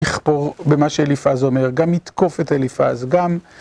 נכפור במה שאליפז אומר, גם נתקוף את אליפז, גם